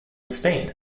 spain